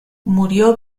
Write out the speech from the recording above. murió